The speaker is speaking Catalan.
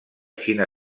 xina